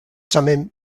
thummim